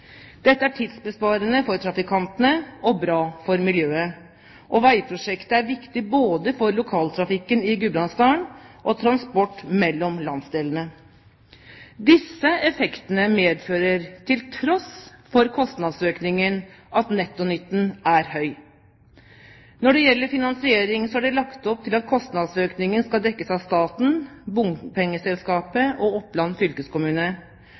Dette er tidsbesparende for trafikantene og bra for miljøet. Veiprosjektet er viktig både for lokaltrafikken i Gudbrandsdalen og transport mellom landsdelene. Disse effektene medfører, til tross for kostnadsøkningen, at nettonytten er høy. Når det gjelder finansiering, er det lagt opp til at kostnadsøkningen skal dekkes av staten, bompengeselskapet og Oppland fylkeskommune.